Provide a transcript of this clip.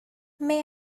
may